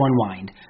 unwind